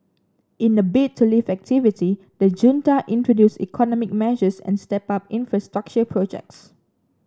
in a bid to lift activity the junta introduced economic measures and stepped up infrastructure projects